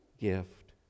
gift